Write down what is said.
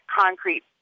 concrete